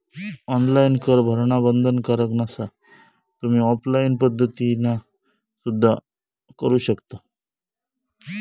online कर भरणा बंधनकारक नसा, तुम्ही ऑफलाइन पद्धतीना सुद्धा करू शकता